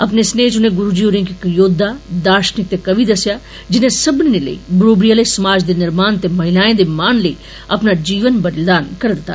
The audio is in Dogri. अपने स्नेहे च उनें गुरु जी होरेंगी इक योद्वा दार्षिनक ते कवि दस्सेआ जिनें सब्बनें लेई बराबरी आले समाज दे निर्माण ते महिलाएं दे मान लेई अपना जीवन बलिदान करी दिता